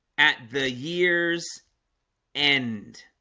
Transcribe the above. at the year's end